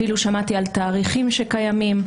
אפילו שמעתי על תאריכים שקיימים.